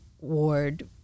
ward